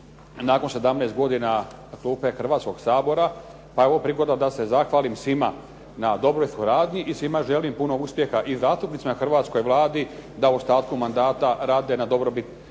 nakon 17 godina klupe Hrvatskog sabora pa je ovo prigoda da se zahvalim svima na dobroj suradnji i svima želim puno uspjeha i zastupnicima, hrvatskoj Vladi da u ostatku mandata rade na dobrobiti